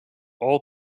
all